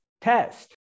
test